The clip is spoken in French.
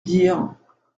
dire